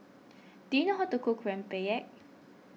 do you know how to cook Rempeyek